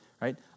right